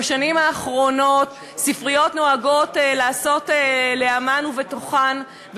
בשנים האחרונות ספריות נוהגות לעשות לעמן ובתוכן,